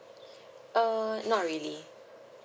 uh not really